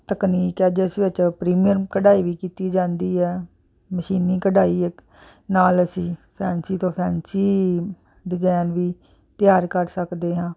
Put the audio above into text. ਤਕਨੀਕ ਆ ਇਸ ਵਿੱਚ ਪ੍ਰੀਮੀਅਰ ਕਢਾਈ ਵੀ ਕੀਤੀ ਜਾਂਦੀ ਹੈ ਮਸ਼ੀਨੀ ਕਢਾਈ ਨਾਲ ਅਸੀਂ ਫੈਂਸੀ ਤੋਂ ਫੈਂਸੀ ਡਿਜ਼ਾਇਨ ਵੀ ਤਿਆਰ ਕਰ ਸਕਦੇ ਹਾਂ